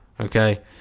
okay